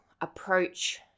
approach